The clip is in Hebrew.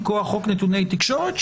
מכוח חוק נתוני תקשורת,